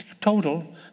total